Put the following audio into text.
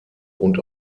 und